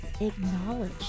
acknowledge